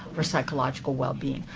for psychological well-being.